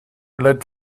led